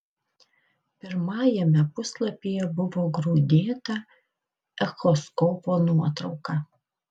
pirmajame puslapyje buvo grūdėta echoskopo nuotrauka